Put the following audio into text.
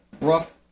rough